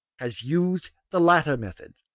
has used the latter method,